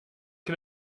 can